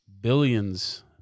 billions